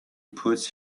puts